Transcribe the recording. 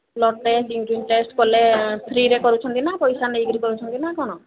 blood test urine test କଲେ ଫ୍ରି'ରେ କରୁଛନ୍ତି ନା ପଇସା ନେଇ କରି କରୁଛନ୍ତି ନା କ'ଣ